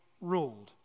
ruled